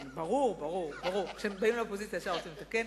ברור, כשהם באים לאופוזיציה, ישר רוצים לתקן.